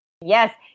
Yes